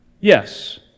Yes